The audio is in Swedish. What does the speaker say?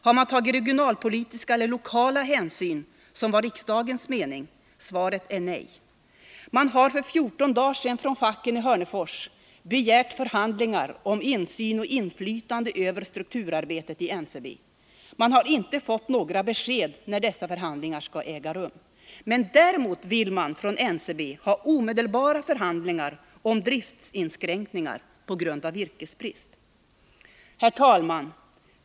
Har man tagit regionalpolitiska eller lokala hänsyn — riksdagens mening var ju att så skulle ske? Svaret är nej. För 14 dagar sedan begärde facken i Hörnefors förhandlingar om insyn i och inflytande över strukturarbetet i NCB. De har inte fått några besked om när dessa förhandlingar skall äga rum. Däremot vill NCB ha omedelbara förhandlingar om driftsinskränkningar på grund av virkesbrist. Herr talman!